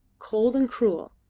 cold and cruel,